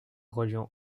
reliant